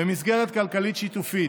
במסגרת כלכלית שיתופית.